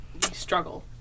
struggle